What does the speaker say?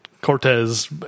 Cortez